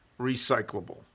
recyclable